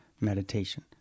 meditation